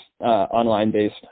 online-based